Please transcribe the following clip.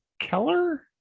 Keller